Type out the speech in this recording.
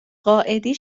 قائدی